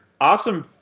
awesome